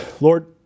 Lord